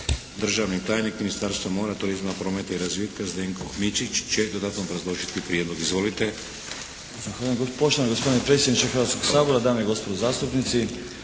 Državni tajnik Ministarstva mora, turizma, prometa i razvitka Zdenko Mičić će dodatno obrazložiti prijedlog. Izvolite. **Mičić, Zdenko** Poštovani gospodine predsjedniče Hrvatskoga sabora, dame i gospodo zastupnici.